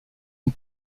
une